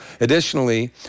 Additionally